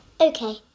Okay